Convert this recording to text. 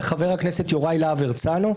וחבר הכנסת יוראי להב-הרצנו,